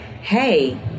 hey